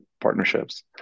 partnerships